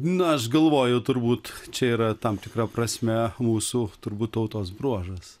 na aš galvoju turbūt čia yra tam tikra prasme mūsų turbūt tautos bruožas